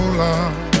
love